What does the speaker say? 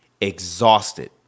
exhausted